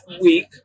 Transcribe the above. week